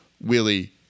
Willie